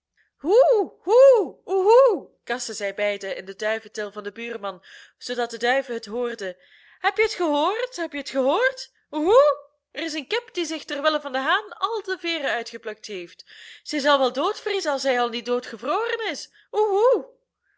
krasten zij beiden in de duiventil van den buurman zoodat de duiven het hoorden heb je het gehoord heb je het gehoord uhu er is een kip die zich ter wille van den haan al de veeren uitgeplukt heeft zij zal wel doodvriezen als zij al niet doodgevroren is uhu